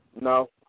No